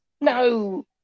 No